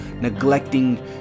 neglecting